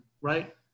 right